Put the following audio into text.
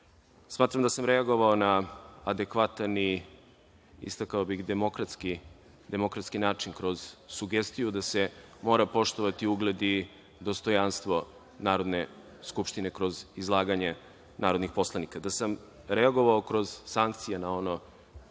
Smatram da sam reagovao na adekvatan i, istakao bih, demokratski način kroz sugestiju da se mora poštovati ugled i dostojanstvo Narodne skupštine kroz izlaganje narodnih poslanika. Da sam reagovao kroz sankcije, na ono